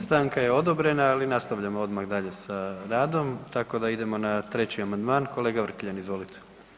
Stanka je odobrena ali nastavljamo odmah dalje sa radom tako da idemo na treći amandman, kolega Vrkljan, izvolite.